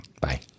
Bye